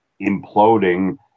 imploding